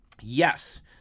yes